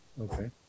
okay